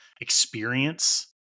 experience